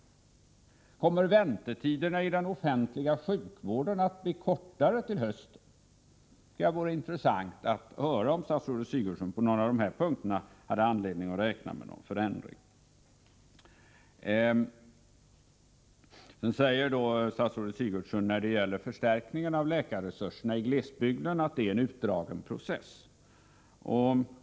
Kommer väntetiderna i den offentliga sjukvården att bli kortare till hösten? Det vore intressant att höra om statsrådet Sigurdsen på någon av dessa punkter har anledning att räkna med en förändring. När det gäller förstärkning av läkarresurserna i glesbygden säger statsrådet att det är en utdragen process.